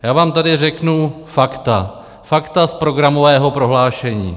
Já vám tady řeknu fakta z programového prohlášení.